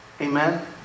Amen